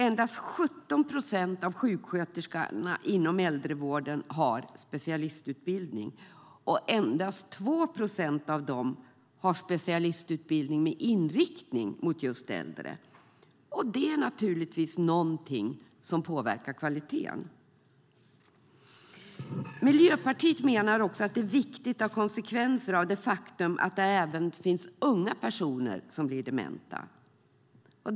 Endast 17 procent av sjuksköterskorna inom äldrevården har specialistutbildning, och endast 2 procent av dem har specialistutbildning med inriktning mot just äldre. Det är naturligtvis någonting som påverkar kvaliteten. Miljöpartiet menar också att det är viktigt att ta konsekvenserna av det faktum att det även finns unga personer som blir dementa.